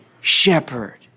shepherd